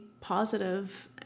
positive